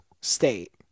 State